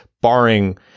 barring